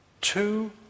Two